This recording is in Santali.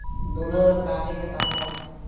ᱫᱩᱞᱟᱹᱲ ᱠᱟᱹᱦᱱᱤ ᱜᱮ ᱛᱟᱦᱮᱸᱭᱟ